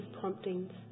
promptings